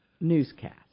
newscast